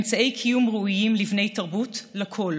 אמצעי קיום ראויים לבני תרבות, לכול,